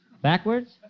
Backwards